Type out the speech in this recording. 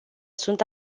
sunt